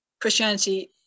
christianity